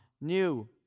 new